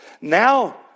Now